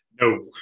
No